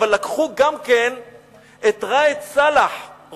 אבל לקחו גם את ראאד סלאח,